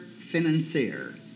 financier